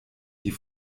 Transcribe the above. die